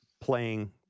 playing